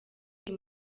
uyu